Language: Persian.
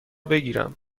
بگیرم